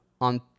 on